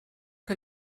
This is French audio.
que